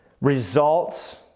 results